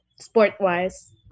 sport-wise